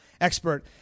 expert